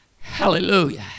Hallelujah